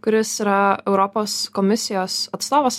kuris yra europos komisijos atstovas